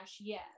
yes